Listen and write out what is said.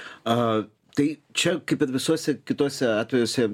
a tai čia kaip ir visuose kituose atvejuose